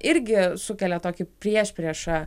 irgi sukelia tokį priešpriešą